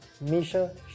Misha